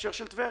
בהקשר של טבריה,